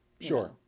Sure